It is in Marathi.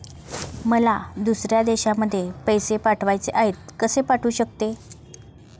मला दुसऱ्या देशामध्ये पैसे पाठवायचे आहेत कसे पाठवू शकते?